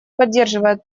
поддерживает